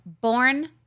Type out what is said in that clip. born